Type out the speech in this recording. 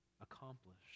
accomplished